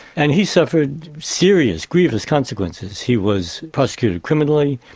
and he suffered serious, grievous consequences he was prosecuted criminally,